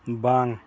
ᱵᱟᱝ